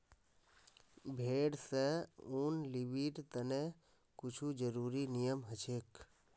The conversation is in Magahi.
भेड़ स ऊन लीबिर तने कुछू ज़रुरी नियम हछेक